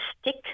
stick